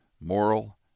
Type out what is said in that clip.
Moral